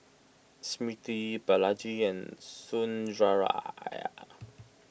Smriti Balaji and Sundaraiah